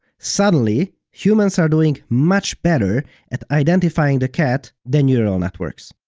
suddenly, humans are doing much better at identifying the cat than neural networks.